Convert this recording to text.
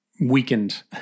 weakened